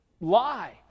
lie